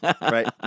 right